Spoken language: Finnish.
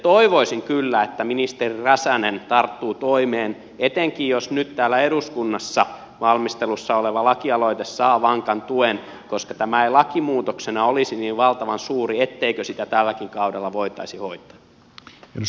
toivoisin kyllä että ministeri räsänen tarttuu toimeen etenkin jos nyt täällä eduskunnassa valmistelussa oleva lakialoite saa vankan tuen koska tämä ei lakimuutoksena olisi niin valtavan suuri etteikö sitä tälläkin kaudella voitaisi hoitaa